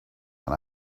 and